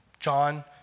John